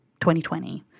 2020